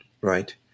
right